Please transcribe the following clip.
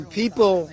people